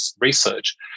research